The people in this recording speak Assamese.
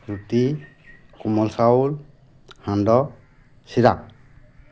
ৰুটী কোমল চাউল সান্দহ চিৰা